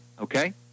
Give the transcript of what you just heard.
okay